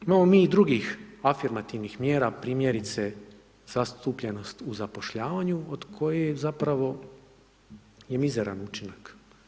Imamo i drugih afirmativnih mjera, primjerice zastupljenost u zapošljavanju od koje je zapravo mizeran učinak.